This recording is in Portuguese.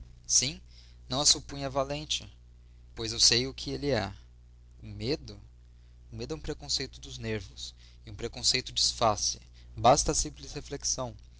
não a supunha valente pois eu sei o que ele é o medo o medo é um preconceito dos nervos e um preconceito desfaz-se basta a simples reflexão